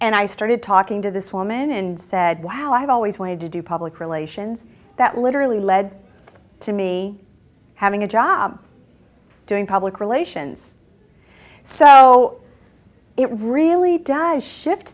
and i started talking to this woman and said wow i've always wanted to do public relations that literally led to me having a job doing public relations so it really does shift